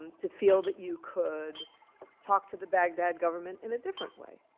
um to feel that you could talk to the baghdad government in a different way.